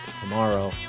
tomorrow